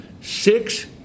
six